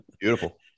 Beautiful